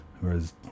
Whereas